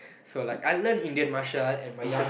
so like I learn Indian martial arts at my young